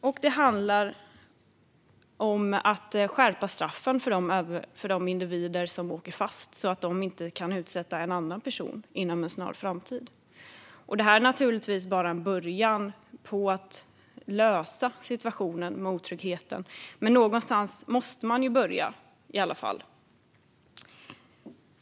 Och det handlar om att skärpa straffen för de individer som åker fast så att de inte kan utsätta en annan person för fara inom en snar framtid. Det här är naturligtvis bara en början på att lösa situationen med otryggheten, men någonstans måste man i alla fall börja.